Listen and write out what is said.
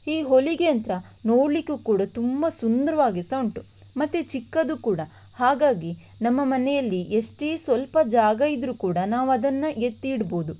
ಈ ಹೊಲಿಗೆ ಯಂತ್ರ ನೋಡಲಿಕ್ಕೂ ಕೂಡ ತುಂಬ ಸುಂದರವಾಗಿ ಸಹ ಉಂಟು ಮತ್ತು ಚಿಕ್ಕದು ಕೂಡ ಹಾಗಾಗಿ ನಮ್ಮ ಮನೆಯಲ್ಲಿ ಎಷ್ಟೇ ಸ್ವಲ್ಪ ಜಾಗ ಇದ್ದರೂ ಕೂಡ ನಾವದನ್ನು ಎತ್ತಿ ಇಡಬಹುದು